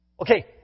Okay